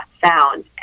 found